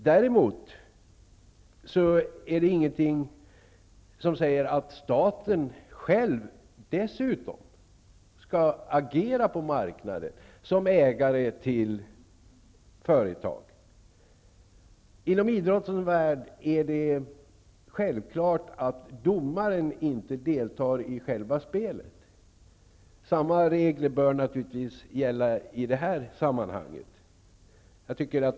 Däremot är det ingenting som säger att staten själv dessutom skall agera på marknaden som ägare till företag. Inom idrottens värld är det självklart att domaren inte deltar i själva spelet. Samma regler bör naturligtvis gälla i det här sammanhanget.